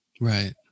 Right